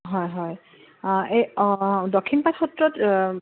হয় হয় এই দক্ষিণপাট সত্ৰত